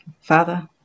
Father